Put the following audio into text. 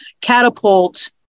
catapult